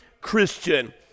Christian